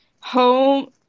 home